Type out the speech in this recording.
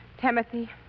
Timothy